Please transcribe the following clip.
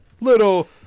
little